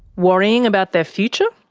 worrying about their future?